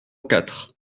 quatre